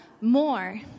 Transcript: more